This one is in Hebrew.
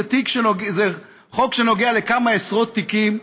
זה חוק שנוגע לכמה עשרות תיקים,